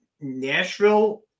Nashville